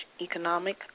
economic